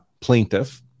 plaintiff